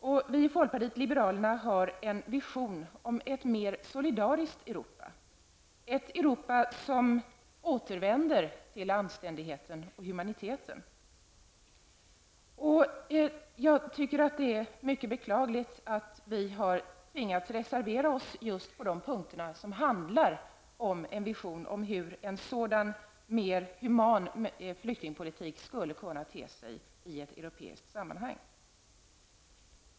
Vi i folkpartiet liberalerna har en vision i ett mer solidariskt Europa. Ett Europa som återvänder till anständigheten och humaniteten. Jag tycker att det är mycket beklagligt att vi har tvingats reservera oss just på de punkterna som handlar om en vision om hur en sådan mer human flyktingpolitik skulle kunna te sig i ett europeiskt sammanhang.